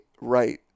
right